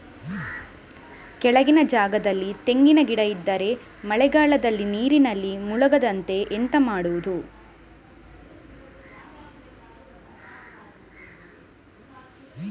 ಕೆಳಗಿನ ಜಾಗದಲ್ಲಿ ತೆಂಗಿನ ಗಿಡ ಇದ್ದರೆ ಮಳೆಗಾಲದಲ್ಲಿ ನೀರಿನಲ್ಲಿ ಮುಳುಗದಂತೆ ಎಂತ ಮಾಡೋದು?